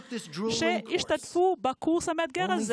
השתתפו בקורס המפרך הזה,